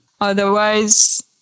otherwise